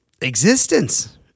existence